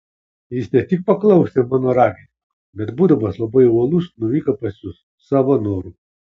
jis ne tik paklausė mano raginimo bet būdamas labai uolus nuvyko pas jus savo noru